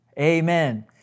Amen